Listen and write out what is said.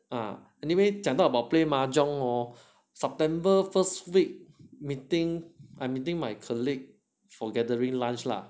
ah 讲到 about play mahjong hor september first week meeting I'm meeting my colleague for gathering lunch lah